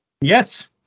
Yes